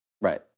Right